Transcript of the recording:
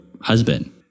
husband